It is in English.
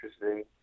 interesting